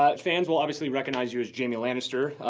ah fans will obviously recognize you as jaime lannister.